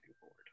forward